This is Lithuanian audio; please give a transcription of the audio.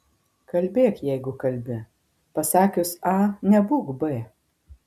kalbėk jeigu kalbi pasakius a nebūk b